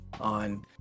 on